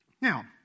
now